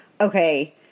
Okay